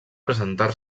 presentar